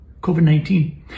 COVID-19